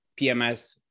PMS